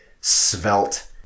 svelte